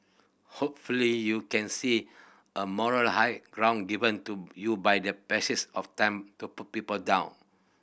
hopefully you can see a moral high ground given to you by the passage of time to put people down